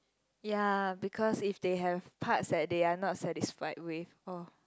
ya because if they have parts that they are not satisfied with or